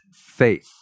faith